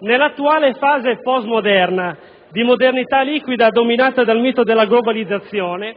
Nell'attuale fase postmoderna, di modernità liquida, dominata dal mito della globalizzazione,